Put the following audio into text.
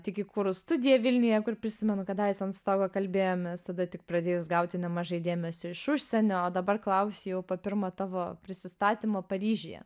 tik įkūrus studiją vilniuje kur prisimenu kadaise ant stogo kalbėjomės tada tik pradėjus gauti nemažai dėmesio iš užsienio o dabar klausiu jau po pirmo tavo prisistatymo paryžiuje